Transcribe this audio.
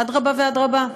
אדרבה ואדרבה.